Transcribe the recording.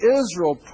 israel